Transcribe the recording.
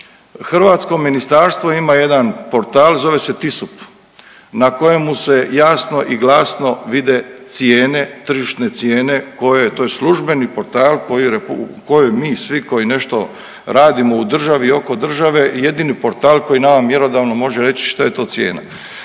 Hrvatsko ministarstvo ima jedan portal zove se Tisup na kojemu se jasno i glasno vide cijene, tržišne cijene koje, to je službeni portal koji mi svi koji nešto radimo u državi i oko države i jedini portal koji nama mjerodavno može reći što je to cijena.